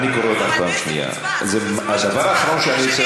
אני קורא אותך פעם שנייה.